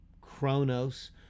chronos